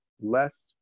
less